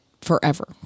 forever